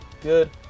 Good